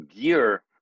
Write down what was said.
gear